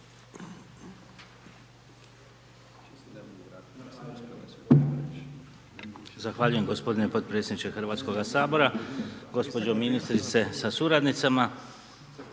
Zahvaljujem gospodine podpredsjedniče Hrvatskoga sabora, gospođo ministrice sa suradnicama.